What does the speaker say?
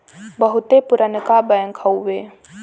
बहुते पुरनका बैंक हउए